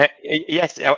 Yes